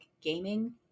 Gaming